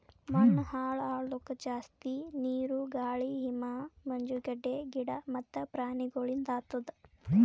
ಮಣ್ಣ ಹಾಳ್ ಆಲುಕ್ ಜಾಸ್ತಿ ನೀರು, ಗಾಳಿ, ಹಿಮ, ಮಂಜುಗಡ್ಡೆ, ಗಿಡ ಮತ್ತ ಪ್ರಾಣಿಗೊಳಿಂದ್ ಆತುದ್